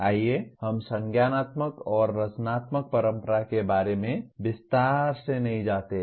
आइए हम संज्ञानात्मक और रचनात्मक परंपरा के बारे में विस्तार से नहीं जानते हैं